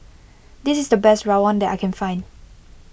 this is the best Rawon that I can find